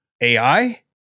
ai